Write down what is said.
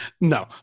No